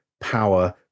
power